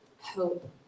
hope